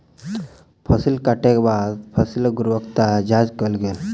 फसिल कटै के बाद फसिलक गुणवत्ताक जांच कयल गेल